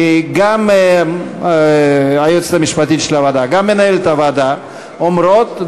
כי גם היועצת המשפטית של הוועדה וגם מנהלת הוועדה אומרות,